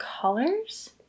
colors